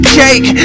cake